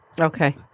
Okay